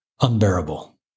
Unbearable